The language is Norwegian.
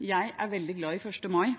Jeg er veldig glad i 1. mai,